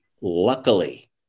luckily